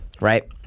right